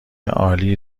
عالی